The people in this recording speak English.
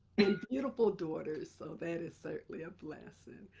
and beautiful daughters. so that is certainly a blessing,